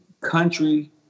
country